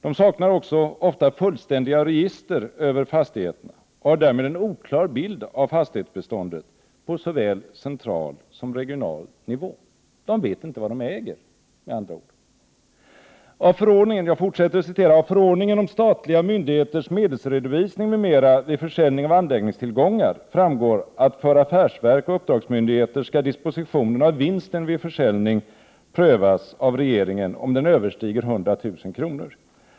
De saknar också ofta fullständiga register över fastigheterna och har därmed en oklar bild av fastighetsbeståndet på såväl central som regional nivå.” — De vet alltså inte vad de äger. ”Av förordningen om statliga myndigheters medelsredovisning m.m. vid försäljning av anläggningstillgångar framgår att för affärsverk och uppdragsmyndigheter skall dispositionen av vinsten vid en försäljning prövas av regeringen om den överstiger 100 000 kr.